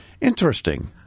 Interesting